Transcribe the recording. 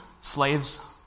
slaves